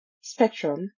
spectrum